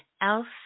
else